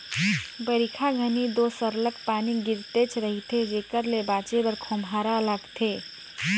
बरिखा घनी दो सरलग पानी गिरतेच रहथे जेकर ले बाचे बर खोम्हरा लागथे